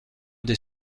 des